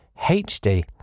HD